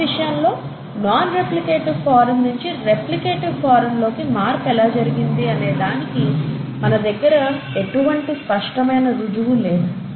ఈ సమయంలో non replicative form నించి రెప్లికేటివ్ ఫారం లోకి మార్పు ఎలా జరిగింది అనే దానికి మన దగ్గర ఎటువంటి స్పష్టమైన రుజువు లేదు